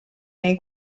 nei